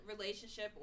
relationship